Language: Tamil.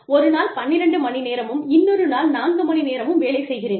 ஒரு நாள் 12 மணி நேரமும் இன்னொரு நாள் நான்கு மணி நேரமும் வேலை செய்கிறேன்